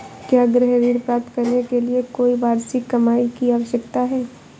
क्या गृह ऋण प्राप्त करने के लिए कोई वार्षिक कमाई की आवश्यकता है?